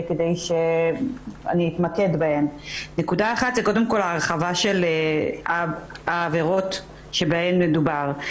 נקודה אחת, ההרחבה של העבירות שבהן מדובר.